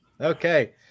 Okay